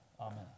Amen